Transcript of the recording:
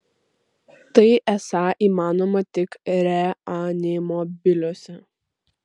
tai esą įmanoma tik reanimobiliuose